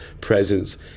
presence